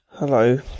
Hello